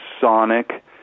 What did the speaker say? sonic